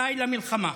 די למלחמה.